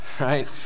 right